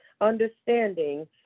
understanding